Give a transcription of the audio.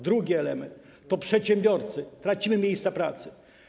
Drugi element to przedsiębiorcy - tracimy miejsca pracy.